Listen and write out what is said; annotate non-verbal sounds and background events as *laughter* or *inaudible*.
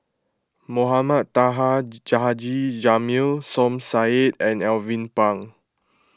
Mohamed Taha *unintelligible* Ja Haji Jamil Som Said and Alvin Pang